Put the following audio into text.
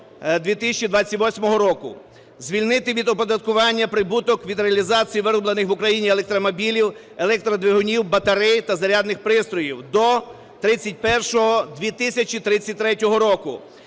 Звільнити від оподаткування прибуток від реалізації вироблених в Україні електромобілів, електродвигунів, батарей та зарядних пристроїв до 31-го 2033 року.